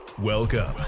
Welcome